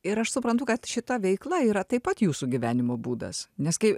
ir aš suprantu kad šita veikla yra taip pat jūsų gyvenimo būdas nes kai